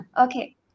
Okay